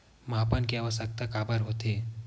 मापन के आवश्कता काबर होथे?